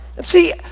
See